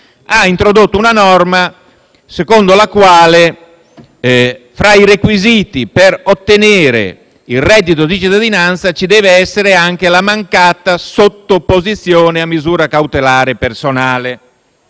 ha introdotto una norma secondo la quale tra i requisiti per ottenere tale reddito ci deve essere anche la mancata sottoposizione a misura cautelare personale.